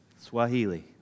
Swahili